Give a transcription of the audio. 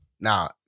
Now